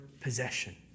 possession